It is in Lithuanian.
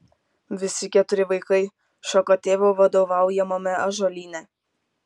visi keturi vaikai šoka tėvo vadovaujamame ąžuolyne